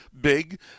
big